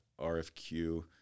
RFQ